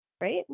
right